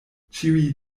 ĉiuj